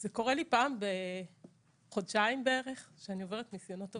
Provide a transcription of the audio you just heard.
זה קורה לי פעם בחודשיים בערך שאני עוברת ניסיונות אובדניים.